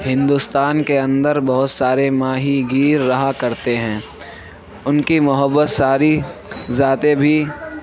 ہندوستان کے اندر بہت سارے ماہی گیر رہا کرتے ہیں اُن کی بہت ساری ذاتیں بھی ہیں